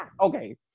Okay